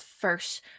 first